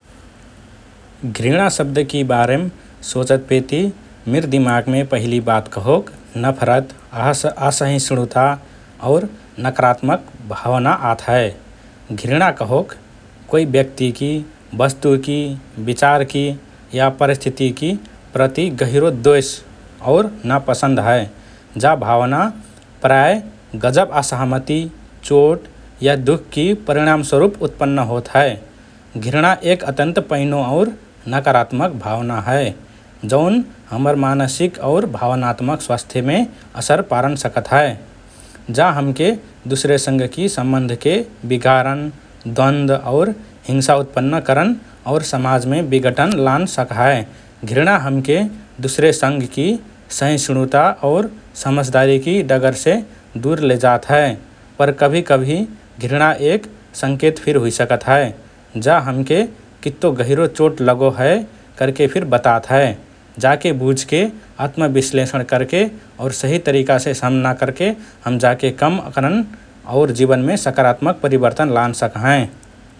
“घृणा” शब्दकि बारेम सोचतपेति मिर दिमागमे पहिली बात कहोक नफरत, असहिष्णुता और नकारात्मक भावना आत हए । घृणा कहोक कोइ व्यक्तिकि, वस्तुकि, विचारकि, या परिस्थितिकि प्रति गहिरो द्वेष और ना पसन्द हए । जा भावना प्रायः गजब असहमति, चोट या दुःखकि परिणामस्वरुप उत्पन्न होत हए । घृणा एक अत्यन्त पैनो और नकारात्मक भावना हए जौन हमर मानसिक और भावनात्मक स्वास्थ्यके असर पारन सकत हए । जा हमके दुसरेसँगकि सम्बन्धके बिगारन, द्वन्द और हिंसा उत्पन्न करन, और समाजमे विघटन लान सक्हए । घृणा हमके दुसरेसँगकि सहिष्णुता और समझदारीकि डगरसे दूर लैजात हए । पर कभि–कभि घृणा एक संकेत फिर हुइसकत हए । जा हमके कित्तो गहिरो चोट लगो हए करके फिर बतात हए । जाके बुझके, आत्मविश्लेषण करके और सहि तरिकासे सामना करके हम जाके कम करन और जीवनमे सकारात्मक परिवर्तन लान सक्हएँ ।